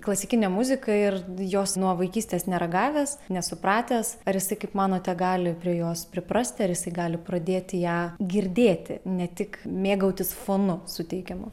klasikinę muzika ir jos nuo vaikystės neragavęs nesupratęs ar jisai kaip manote gali prie jos priprasti ar jis gali pradėti ją girdėti ne tik mėgautis fonu suteikiamu